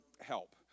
help